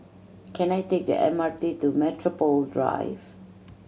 can I take the M R T to Metropole Drive